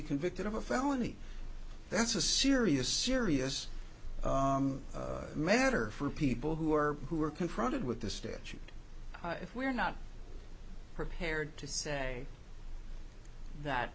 convicted of a felony that's a serious serious matter for people who are who are confronted with the statute if we're not prepared to say that